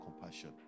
compassion